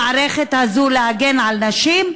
למערכת הזאת להגן על נשים,